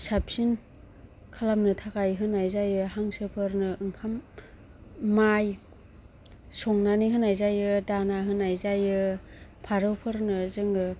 साबसिन खालामनो थाखाय होनाय जायो हांसोफोरनो ओंखाम माइ संनानै होनाय जायो दाना होनाय जायो फारौफोरनो जोङो